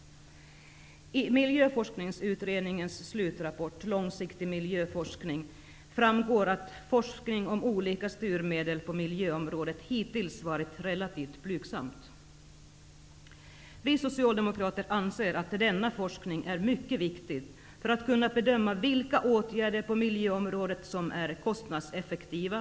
Långsiktig miljöforskning framgår att forskning om olika styrmedel på miljöområdet hittills varit relativt blygsam. Vi socialdemokrater anser att denna forskning är mycket viktig för att vi skall kunna bedöma vilka åtgärder på miljöområdet som är kostnadseffektiva.